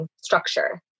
structure